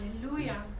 Hallelujah